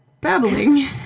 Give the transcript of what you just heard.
babbling